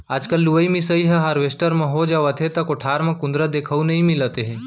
आजकल लुवई मिसाई ह हारवेस्टर म हो जावथे त कोठार म कुंदरा देखउ नइ मिलत हे